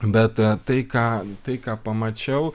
bet tai ką tai ką pamačiau